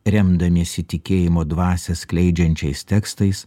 remdamiesi tikėjimo dvasią skleidžiančiais tekstais